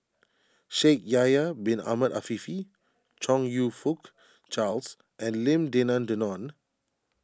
Shaikh Yahya Bin Ahmed Afifi Chong You Fook Charles and Lim Denan Denon